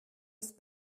ist